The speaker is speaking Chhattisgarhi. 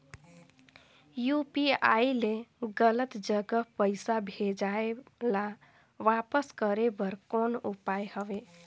यू.पी.आई ले गलत जगह पईसा भेजाय ल वापस करे बर कौन उपाय हवय?